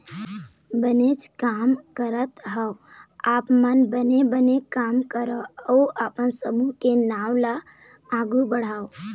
बनेच काम करत हँव आप मन बने बने काम करव अउ अपन समूह के नांव ल आघु बढ़ाव